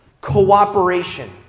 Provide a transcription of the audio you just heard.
cooperation